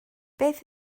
beth